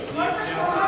כל מה שהוא אמר,